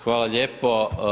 Hvala lijepo.